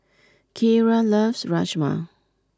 Kierra loves Rajma